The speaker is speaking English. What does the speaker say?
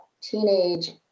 teenage